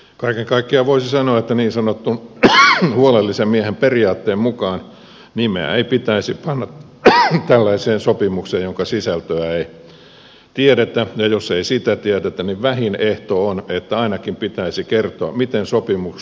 kaiken kaikkiaan voisi sanoa että niin sanotun huolellisen miehen periaatteen mukaan nimeä ei pitäisi panna sopimukseen jonka sisältöä ei tiedetä ja jos ei sitä tiedetä niin vähin ehto on että ainakin pitäisi kertoa miten sopimus puretaan